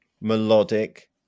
melodic